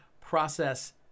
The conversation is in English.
process